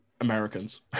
americans